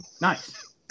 Nice